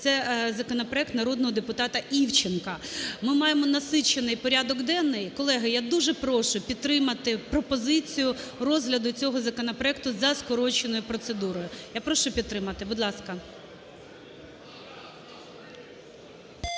Це законопроект народного депутата Івченка. Ми маємо насичений порядок денний. Колеги, я дуже прошу підтримати пропозицію розгляду цього законопроекту за скороченою процедурою. Я прошу підтримати. Будь ласка.